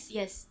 yes